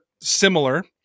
similar